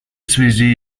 связи